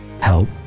Help